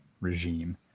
regime